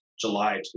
July